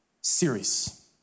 series